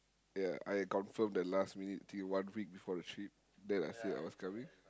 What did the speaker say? ya I confirm the last minute till one week before the trip then I said I was coming